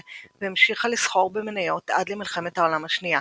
והמשיכה לסחור במניות עד למלחמת העולם השנייה.